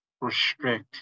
restrict